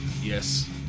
Yes